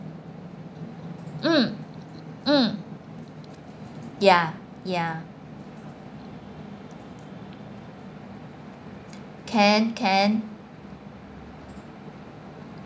mm mm ya ya can can